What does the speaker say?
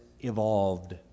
evolved